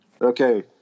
okay